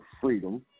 freedom